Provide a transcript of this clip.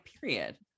period